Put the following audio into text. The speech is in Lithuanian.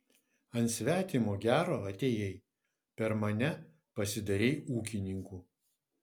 ant svetimo gero atėjai per mane pasidarei ūkininku